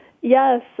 Yes